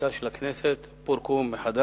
חקיקה של הכנסת פורקו מחדש